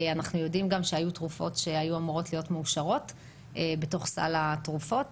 אנחנו יודעים גם שהיו תרופות שהיו אמורות להיות מאושרות בתוך סל התרופות